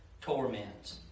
torments